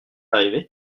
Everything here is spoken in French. arrivé